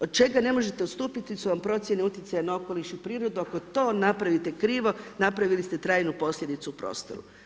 Od čega ne možete odstupiti su vam procjene utjecaja na okoliš i prirodu, ako to napravite krivo napravili ste trajnu posljedicu u prostoru.